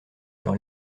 sur